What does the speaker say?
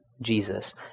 Jesus